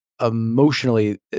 emotionally